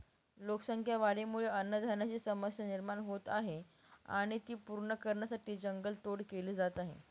लोकसंख्या वाढीमुळे अन्नधान्याची समस्या निर्माण होत आहे आणि ती पूर्ण करण्यासाठी जंगल तोड केली जात आहे